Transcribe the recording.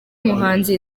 muhanzi